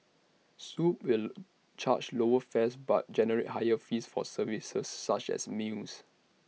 swoop will charge lower fares but generate higher fees for services such as meals